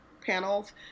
panels